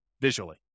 visually